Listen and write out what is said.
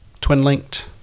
twin-linked